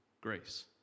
grace